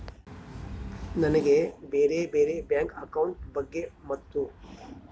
ನನಗೆ ಬ್ಯಾರೆ ಬ್ಯಾರೆ ಬ್ಯಾಂಕ್ ಅಕೌಂಟ್ ಬಗ್ಗೆ ಮತ್ತು?